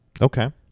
Okay